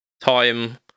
time